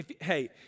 hey